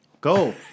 Go